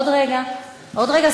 עוד רגע, עוד רגע.